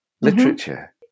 literature